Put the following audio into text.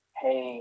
hey